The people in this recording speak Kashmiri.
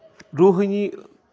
رُحٲنی